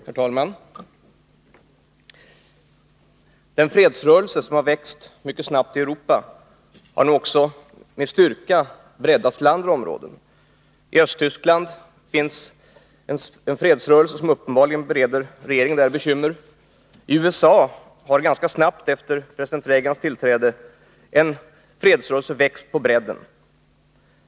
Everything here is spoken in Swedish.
Herr talman! Den fredsrörelse som har växt mycket snabbt i Europa har nu också med styrka breddats till andra områden. I Östtyskland finns en fredsrörelse som uppenbarligen bereder regeringen där bekymmer. I USA har ganska snabbt efter president Reagans tillträde en fredsrörelse växt på bredden.